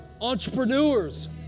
entrepreneurs